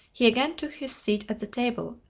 he again took his seat at the table,